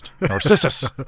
Narcissus